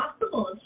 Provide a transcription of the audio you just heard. possible